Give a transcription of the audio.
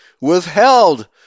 withheld